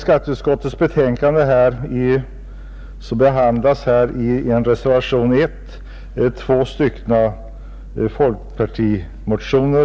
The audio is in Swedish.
Fru talman! I reservationen 1 behandlas två folkpartimotioner.